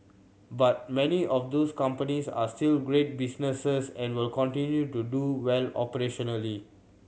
but many of these companies are still great businesses and will continue to do well operationally